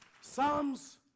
Psalms